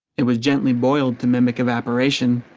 it was gently boiled to mimic evaporation.